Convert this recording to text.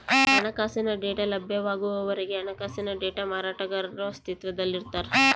ಹಣಕಾಸಿನ ಡೇಟಾ ಲಭ್ಯವಾಗುವವರೆಗೆ ಹಣಕಾಸಿನ ಡೇಟಾ ಮಾರಾಟಗಾರರು ಅಸ್ತಿತ್ವದಲ್ಲಿರ್ತಾರ